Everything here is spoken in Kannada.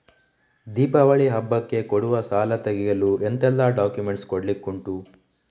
ದೀಪಾವಳಿ ಹಬ್ಬಕ್ಕೆ ಕೊಡುವ ಸಾಲ ತೆಗೆಯಲು ಎಂತೆಲ್ಲಾ ಡಾಕ್ಯುಮೆಂಟ್ಸ್ ಕೊಡ್ಲಿಕುಂಟು?